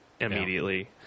immediately